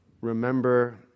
remember